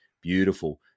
beautiful